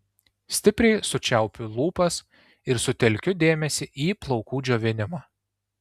stipriai sučiaupiu lūpas ir sutelkiu dėmesį į plaukų džiovinimą